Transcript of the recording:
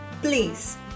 please